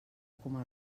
coma